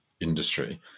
industry